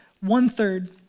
one-third